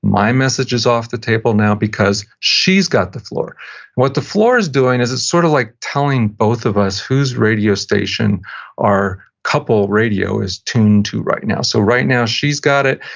my message is off the table now because she's got the floor what the floor is doing is it's sort of like telling both of us whose radio station our couple radio is tuned to right now. so right now she's got it,